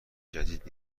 جدید